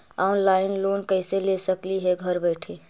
Online loan कैसे ले सकली हे घर बैठे?